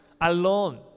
alone